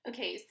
Okay